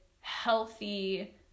healthy